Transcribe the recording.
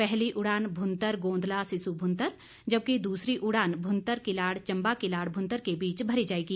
पहली उड़ान भुंतर गोंदला सिसू भुंतर जबकि दूसरी उड़ान भुंतर किलाड़ चंबा किलाड़ भुंतर के बीच भरी जाएगी